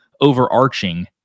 overarching